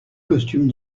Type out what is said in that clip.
costume